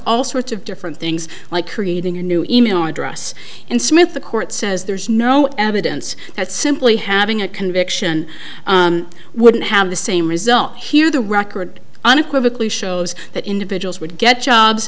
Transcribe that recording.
all sorts of different things like created a new email address in smith the court says there's no evidence that simply having a conviction wouldn't have the same result here the record unequivocally shows that individuals would get jobs